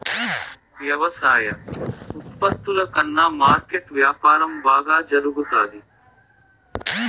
వ్యవసాయ ఉత్పత్తుల కన్నా మార్కెట్ వ్యాపారం బాగా జరుగుతాది